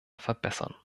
verbessern